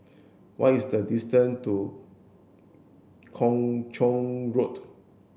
what is the distance to Kung Chong Road